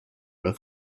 with